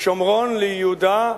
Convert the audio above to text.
לשומרון, ליהודה,